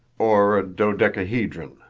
or a dodecahedron,